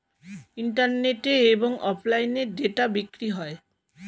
ইন্টারনেটে এবং অফলাইনে ডেটা বিক্রি হয়